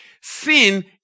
sin